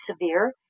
severe